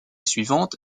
suivante